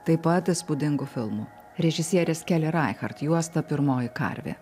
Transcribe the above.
taip pat įspūdingu filmu režisierės keli raichart juosta pirmoji karvė